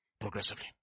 progressively